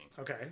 okay